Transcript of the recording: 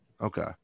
Okay